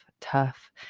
tough